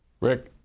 Rick